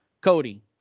Cody